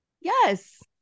Yes